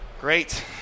Great